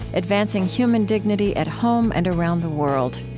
advancing human dignity at home and around the world.